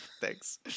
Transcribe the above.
Thanks